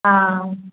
हँ